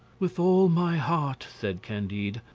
with all my heart, said candide,